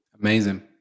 Amazing